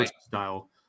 style